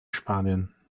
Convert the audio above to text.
spanien